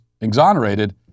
exonerated